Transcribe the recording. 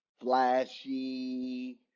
flashy